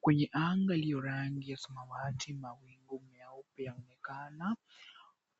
Kwenye anga iliyo rangi ya samawati, mawingu meupe yanaonekana.